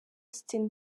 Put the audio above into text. austin